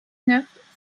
neuf